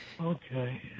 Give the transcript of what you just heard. Okay